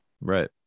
right